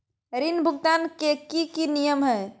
ऋण भुगतान के की की नियम है?